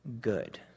good